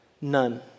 None